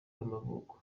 y’amavuko